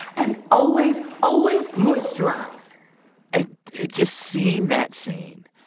and always, always moisturize it just seeing that scene,